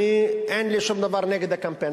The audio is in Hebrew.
אין לי שום דבר נגד הקמפיין.